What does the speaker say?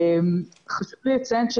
חשוב לי לציין,